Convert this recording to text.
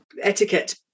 Etiquette